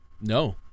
No